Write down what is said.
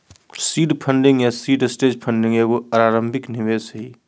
seed funding या seed stage funding एगो आरंभिक निवेश हइ